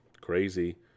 crazy